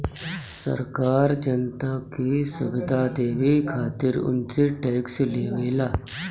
सरकार जनता के सुविधा देवे खातिर उनसे टेक्स लेवेला